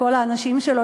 לכל האנשים שלו,